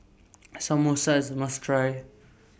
Samosa IS must Try